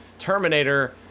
terminator